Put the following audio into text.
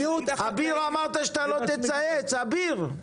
אביר אמרת שאתה לא תצייץ, אביר.